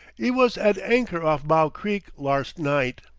e was at anchor off bow creek larst night.